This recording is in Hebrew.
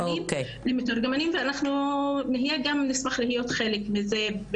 ואנחנו גם נשמח להיות חלק מזה.